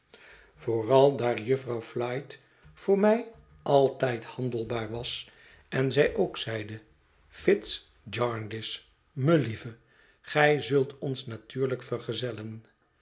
vooral daar jufvrouw flite voor mij altijd handelbaar was en zij ook zeide fitz jarndyce melieve gij zult ons natuurlijk vergezellen